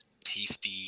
tasty